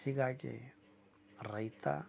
ಹೀಗಾಗಿ ರೈತ